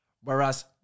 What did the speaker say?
whereas